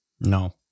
no